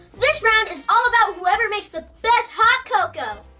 this round is all about whoever makes the best hot cocoa.